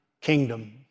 kingdom